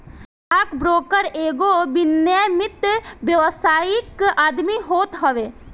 stock broker एगो विनियमित व्यावसायिक आदमी होत हवे